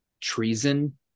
treason